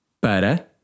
para